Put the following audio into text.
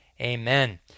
Amen